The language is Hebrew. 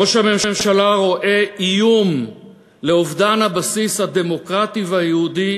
ראש הממשלה רואה איום של אובדן הבסיס הדמוקרטי והיהודי